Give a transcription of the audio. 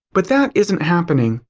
but that isn't happening.